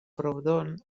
proudhon